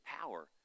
power